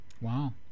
Wow